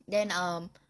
then um